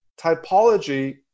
Typology